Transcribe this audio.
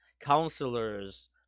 counselors